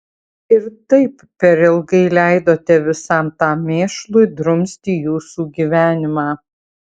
ir taip per ilgai leidote visam tam mėšlui drumsti jūsų gyvenimą